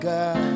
God